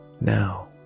Now